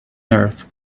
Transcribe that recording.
earth